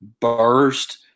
burst